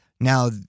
Now